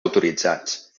autoritzats